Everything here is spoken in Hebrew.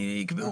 אני חושב